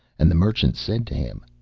and the merchant said to him,